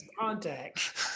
contact